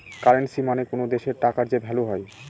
currency মানে কোনো দেশের টাকার যে ভ্যালু হয়